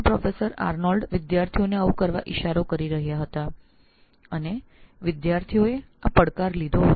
professor Arnold વિદ્યાર્થીઓને આવું કરવા સંકેત કરી રહ્યા હતા અને વિદ્યાર્થીઓએ આ પડકાર ઝીલ્યો હતો